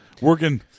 Working